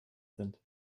sind